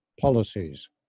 policies